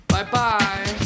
Bye-bye